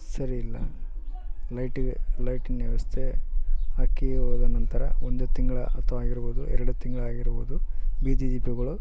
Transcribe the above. ಸರಿಯಿಲ್ಲ ಲೈಟಿಗೆ ಲೈಟಿನ ವ್ಯವಸ್ಥೆ ಹಾಕಿ ಹೋದ ನಂತರ ಒಂದು ತಿಂಗಳ ಅಥ್ವಾ ಆಗಿರ್ಬೌದು ಎರಡು ತಿಂಗ್ಳು ಆಗಿರ್ಬೌದು ಬೀದಿ ದೀಪಗಳು